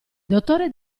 dottore